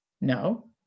No